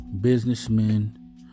businessmen